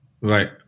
Right